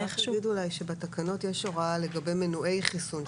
אני רק אגיד שבתקנות יש הוראה לגבי מנועי חיסון,